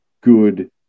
good